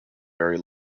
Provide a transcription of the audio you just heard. very